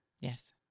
Yes